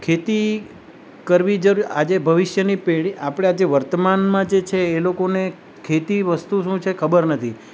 ખેતી કરવી જરૂર આજે ભવિષ્યની પેઢી આપને આજે વર્તમાનમાં જે છે એ લોકોને ખેતી વસ્તુ શું છે એ ખબર નથી